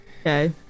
okay